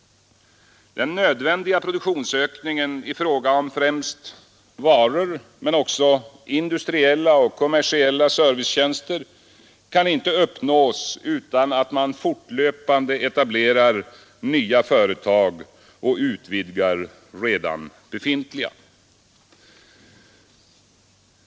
Den nödvändiga produktionsökningen i fråga om främst varor men också industriella och kommersiella servicetjänster kan inte uppnås utan att man fortlöpande etablerar nya företag och utvidgar redan befintliga.